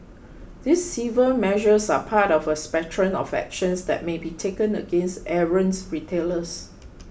these civil measures are part of a spectrum of actions that may be taken against errant retailers